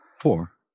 Four